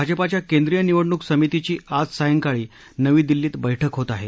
भाजपाच्या केंद्रीय निवडणूक समितीची आज सायंकाळी नवी दिल्लीत बैठक होत आहे